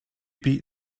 beat